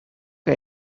que